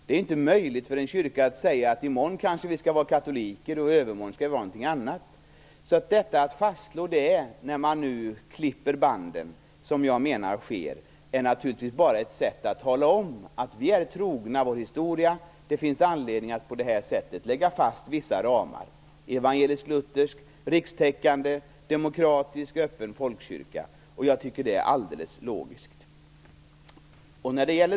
Det är inte möjligt för en kyrka att säga att i morgon kanske vi skall vara katoliker och i övermorgon någonting annat. Att fastslå detta, när man nu klipper banden, som jag menar sker, är naturligtvis bara ett sätt att tala om att vi är trogna vår historia. Det finns anledning att på det här sättet lägga fast vissa ramar: evangelisk-luthersk, rikstäckande, demokratisk, öppen folkkyrka. Jag tycker att det är alldeles logiskt.